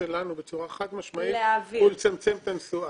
שלנו בצורה חד משמעית הוא לצמצם את הנסועה.